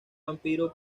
vampiro